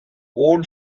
old